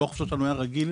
לוח החופשות שלנו היה רגיל,